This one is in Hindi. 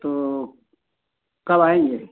तो कब आएँगे